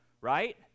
right